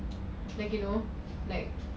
it's like you know like